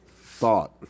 thought